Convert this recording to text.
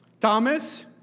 Thomas